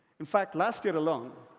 in fact, last year alone,